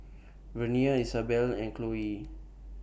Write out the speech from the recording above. Vernie Isabelle and Chloie